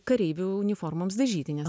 kareivių uniformoms dažyti nes